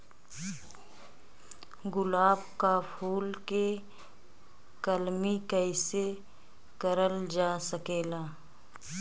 गुलाब क फूल के कलमी कैसे करल जा सकेला?